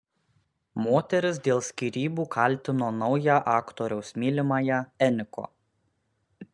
moteris dėl skyrybų kaltino naują aktoriaus mylimąją eniko